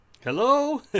Hello